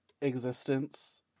existence